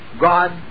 God